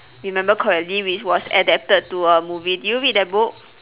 remember correctly which was adapted to a movie did you read that book